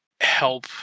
help